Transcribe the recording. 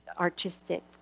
artistic